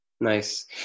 Nice